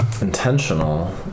intentional